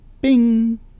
bing